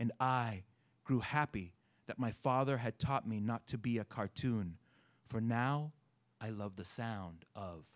and i grew happy that my father had taught me not to be a cartoon for now i love the sound of